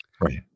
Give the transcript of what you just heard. Right